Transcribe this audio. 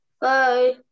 Bye